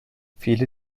viele